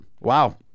wow